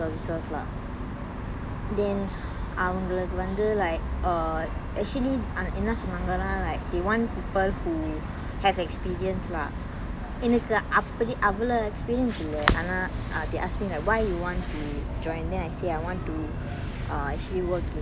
then அவங்களுக்கு வந்து:avangalukku vanthu like err actually அங்க என்ன சொன்னாங்கனா:anga enna sonnangana like they want people who have experience lah எனக்கு அப்படி அவ்வளவு:enakku appadi avvalavu experience இல்ல ஆனா:illa aana they ask me like why you want to join then I say I want to err actually work in marketing next time